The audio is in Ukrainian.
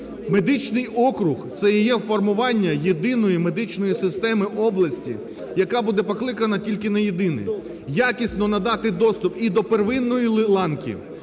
медичний округ – це є формування єдиної медичної системи області, яка буде покликана тільки на єдине: якісно надати доступ і до первинної ланки,